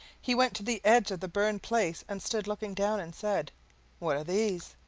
he went to the edge of the burned place and stood looking down, and said what are these?